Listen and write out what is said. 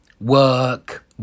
work